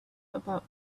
about